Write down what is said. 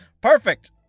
perfect